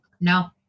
No